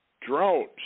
droughts